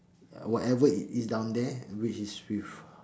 uh whatever it is down there which is with